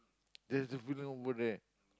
there's the funeral over there